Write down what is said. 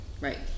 right